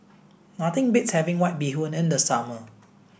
nothing beats having white bee Hoon in the summer